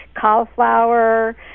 cauliflower